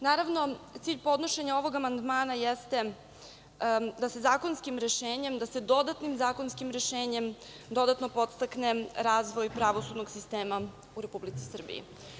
Naravno, cilj podnošenja ovog amandmana jeste da se zakonskim rešenjem, da se dodatnim zakonskim rešenjem dodatno podstakne i razvoj pravosudnog sistema u Republici Srbiji.